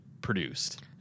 produced